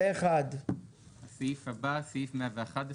הצבעה סעיף 110 אושר הסעיף הבא סעיף 111